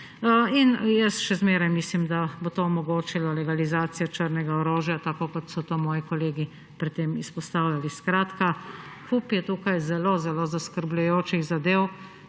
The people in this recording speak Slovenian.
Jaz še zmeraj mislim, da bo to omogočilo legalizacijo črnega orožja, tako kot so to moji kolegi pred tem izpostavljali. Tukaj je kup zelo zelo zaskrbljujočih zadev.